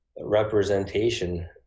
representation